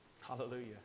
Hallelujah